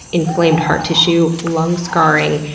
inflamed heart tissue, lung scaring,